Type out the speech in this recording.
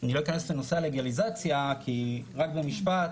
אני לא אכנס לנושא הלגליזציה, רק במשפט.